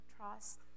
trust